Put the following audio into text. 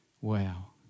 Wow